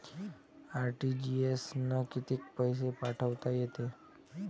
RTGS न कितीक पैसे पाठवता येते?